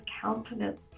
countenance